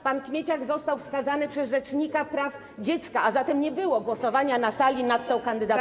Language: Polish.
Pan Kmieciak został wskazany przez rzecznika praw dziecka, a zatem nie było głosowania na sali nad tą kandydaturą.